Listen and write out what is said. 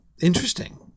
interesting